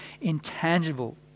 intangible